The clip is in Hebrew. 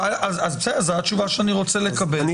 אז בסדר, זה התשובה שאני רוצה לקבל.